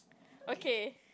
okay